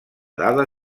dada